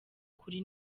kuri